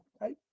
right